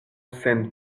sen